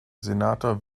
senator